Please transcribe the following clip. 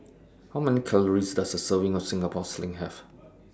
How Many Calories Does A Serving of Singapore Sling Have